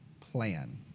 plan